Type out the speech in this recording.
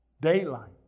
Daylight